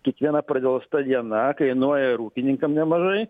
kiekviena pradelsta diena kainuoja ir ūkininkam nemažai